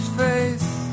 face